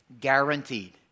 guaranteed